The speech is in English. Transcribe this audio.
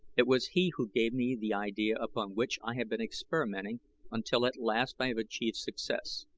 it was he who gave me the idea upon which i have been experimenting until at last i have achieved success.